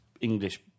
English